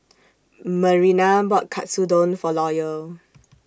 Marina bought Katsudon For Loyal